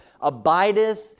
abideth